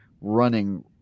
running